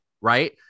right